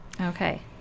Okay